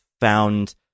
found